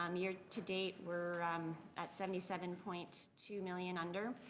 um year to date we're at seventy seven point two million under.